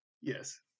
Yes